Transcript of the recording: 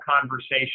conversation